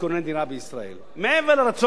מעבר לרצון שלו שתהיה לו דירה בישראל?